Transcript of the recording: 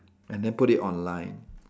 and then put it online